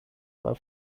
war